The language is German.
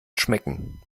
schmecken